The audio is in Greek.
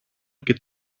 και